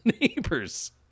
neighbors